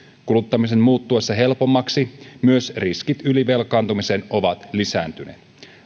kuluttamisen muuttuessa helpommaksi myös riskit ylivelkaantumiseen ovat lisääntyneet